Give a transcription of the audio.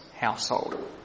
household